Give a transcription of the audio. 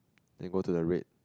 then go to the red